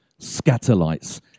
Scatterlights